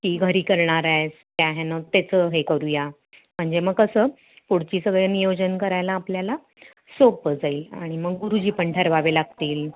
की घरी करणार आहेस त्या ह्यानं त्याचं हे करूया म्हणजे मग कसं पुढची सगळं नियोजन करायला आपल्याला सोपं जाईल आणि मग गुरुजी पण ठरवावे लागतील